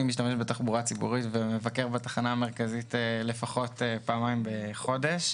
אני משתמש בתחבורה ציבורית ומבקר בתחנה המרכזית לפחות פעמיים בחודש.